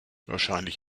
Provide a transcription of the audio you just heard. wahrscheinlich